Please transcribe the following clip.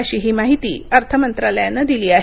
अशीही माहिती अर्थमंत्रालयानं दिली आहे